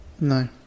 No